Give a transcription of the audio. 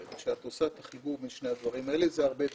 אבל בדברים האלה יש את